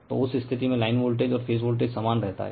तो उस स्थिति में लाइन वोल्टेज और फेज वोल्टेज समान रहता है